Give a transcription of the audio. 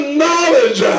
knowledge